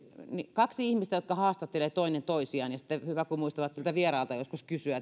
kaksi ihmistä haastattelee toinen toisiaan ja hyvä kun muistavat siltä vieraalta joskus kysyä